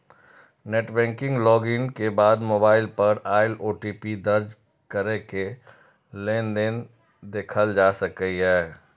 net banking log in के बाद mobile पर आयल ओ.टी.पी दर्ज कैरके लेनदेन देखल जा सकैए